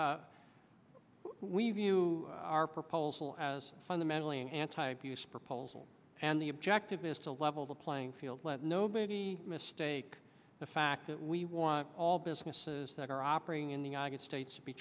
have you our proposal as fundamentally an anti abuse proposal and the objective is to level the playing field let nobody mistake the fact that we want all businesses that are operating in the united states